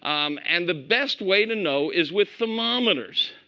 um and the best way to know is with thermometers.